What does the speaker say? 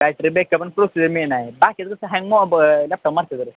battery backup आणि procedure main आहे बाकीचं हँग लॅपटॉप मारतं